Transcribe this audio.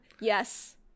yes